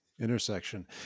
intersection